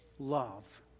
love